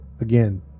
again